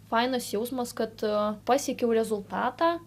fainas jausmas kad pasiekiau rezultatą